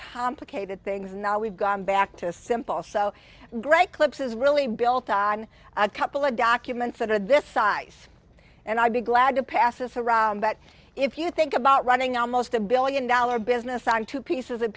complicated things and now we've gone back to a simple so great clips is really built on a couple of documents that are this size and i'd be glad to pass this around but if you think about running on most a billion dollar business on two pieces of